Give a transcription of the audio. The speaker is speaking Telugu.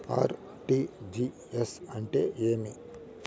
ఆర్.టి.జి.ఎస్ అంటే ఏమి?